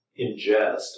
ingest